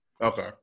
okay